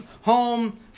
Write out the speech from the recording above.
home